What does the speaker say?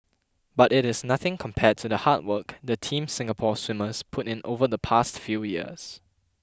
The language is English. but it is nothing compared to the hard work the Team Singapore swimmers put in over the past few years